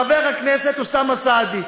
חבר הכנסת סעדי,